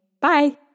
Bye